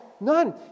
None